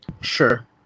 Sure